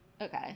Okay